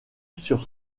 sur